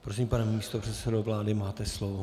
Prosím, pane místopředsedo vlády, máte slovo.